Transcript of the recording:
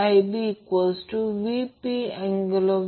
त्याचप्रमाणे Ic Ia angle 120°